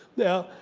now,